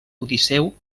odisseu